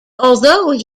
although